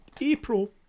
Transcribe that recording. April